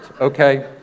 okay